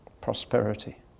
prosperity